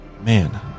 man